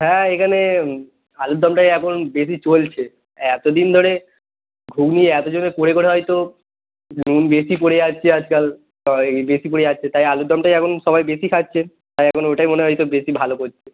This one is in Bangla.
হ্যাঁ এইখানে আলুরদমটাই এখন বেশি চলছে এত দিন ধরে ঘুগনি এত জনের করে করে হয়তো বেশি পড়ে যাচ্ছে আজকাল তাই বেশি পড়ে যাচ্ছে তাই আলুরদমটাই এখন সবাই বেশি খাচ্ছে তাই এখন ওটাই মনে হয় তো বেশি ভালো করছে